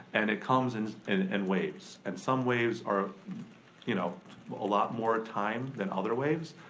and it comes in and and waves. and some waves are you know a lot more time than other waves.